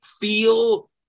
feel